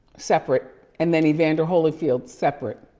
separate, and then evander holyfield, separate.